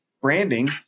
branding